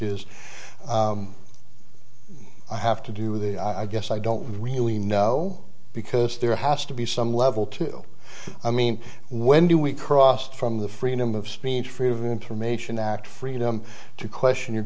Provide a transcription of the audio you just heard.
is i have to do with i guess i don't really know because there has to be some level to i mean when do we crossed from the freedom of speech freedom of information act freedom to question your